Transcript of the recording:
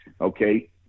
okay